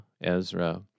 Ezra